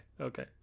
okay